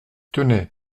tenez